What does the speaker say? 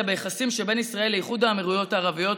ביחסים שבין ישראל לאיחוד האמירויות הערביות,